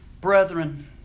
Brethren